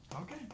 Okay